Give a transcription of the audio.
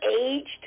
aged